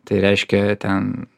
tai reiškia ten